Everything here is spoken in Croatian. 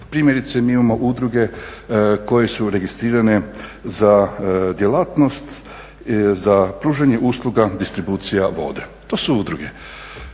Primjerice, mi imamo udruge koje su registrirane za djelatnost za pružanje usluga distribucija vode. To su udruge